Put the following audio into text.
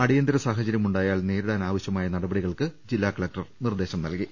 അടിയന്തര സാഹചര്യമുണ്ടായാൽ നേരിടാനായ നടപടികൾക്ക് ജില്ലാ കലക്ടർ നിർദ്ദേശം നൽകി